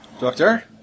Doctor